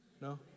No